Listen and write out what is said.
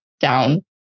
down